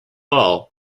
all